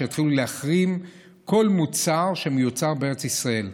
יתחילו להחרים כל מוצר שמיוצר בארץ ישראל.